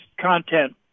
content